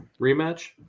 rematch